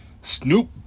Snoop